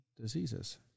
Diseases